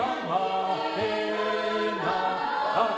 oh oh